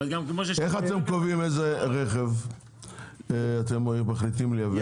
איך אתם קובעים איזה רכב אתם מחליטים לייבא?